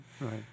Right